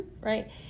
Right